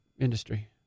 industry